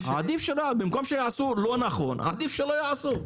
במקום שיעשו לא נכון, עדיף שלא יעשו.